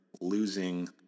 losing